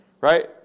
right